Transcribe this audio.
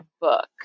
book